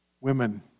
women